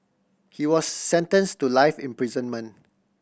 he was sentence to life imprisonment